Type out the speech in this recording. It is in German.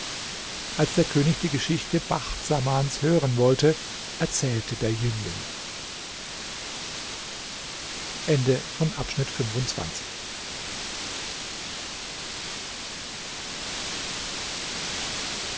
als der könig die geschichte bacht samans hören wollte erzählte der jüngling